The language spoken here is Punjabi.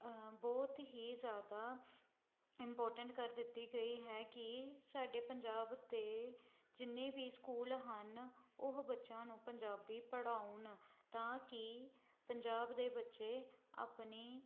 ਬਹੁਤ ਹੀ ਜ਼ਿਆਦਾ ਇੰਪੋਰਟੈਂਟ ਕਰ ਦਿੱਤੀ ਗਈ ਹੈ ਕਿ ਸਾਡੇ ਪੰਜਾਬ ਦੇ ਜਿੰਨੇ ਵੀ ਸਕੂਲ ਹਨ ਉਹ ਬੱਚਿਆਂ ਨੂੰ ਪੰਜਾਬੀ ਪੜ੍ਹਾਉਣ ਤਾਂ ਕਿ ਪੰਜਾਬ ਦੇ ਬੱਚੇ ਆਪਣੀ